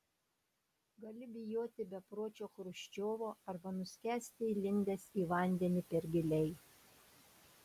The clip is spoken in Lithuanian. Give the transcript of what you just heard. gali bijoti bepročio chruščiovo arba nuskęsti įlindęs į vandenį per giliai